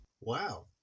Wow